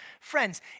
friends